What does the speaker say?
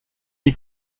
est